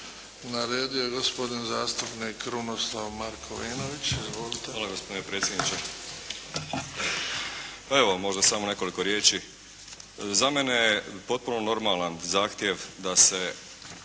Na redu je gospodin zastupnik Krunoslav Markovinović. Izvolite. **Markovinović, Krunoslav (HDZ)** Hvala gospodine predsjedniče. Pa evo možda samo nekoliko riječi. Za mene je potpuno normalan zahtjev da se